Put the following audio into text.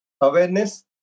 Awareness